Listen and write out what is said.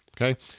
okay